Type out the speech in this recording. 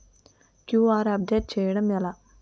QR update చేయడం ఎలా?